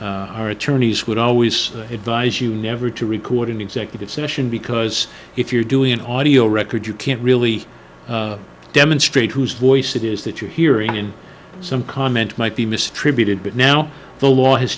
new our attorneys would always advise you never to record an executive session because if you're doing an audio record you can't really demonstrate whose voice it is that you're hearing in some comment might be mistreated but now the law has